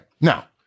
now